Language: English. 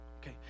okay